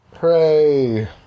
Hooray